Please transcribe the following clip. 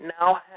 now